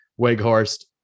Weghorst